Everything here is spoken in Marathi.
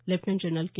lieutenant general K